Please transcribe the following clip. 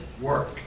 work